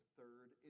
third